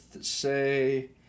say